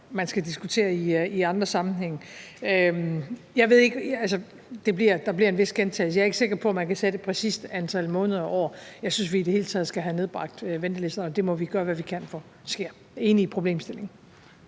man skal diskutere i andre sammenhænge. Lad mig gentage: Jeg er ikke sikker på, at man kan sætte et præcist antal måneder og år på. Jeg synes, at vi i det hele taget skal have nedbragt ventelisterne, og det må vi gøre hvad vi kan for sker. Jeg er enig i problemstillingen.